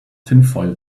tinfoil